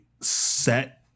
set